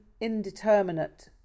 indeterminate